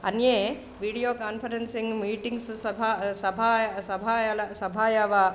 अन्ये video conferencing meetings सभा सभा सभायाः सभा एव